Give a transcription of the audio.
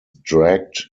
dragged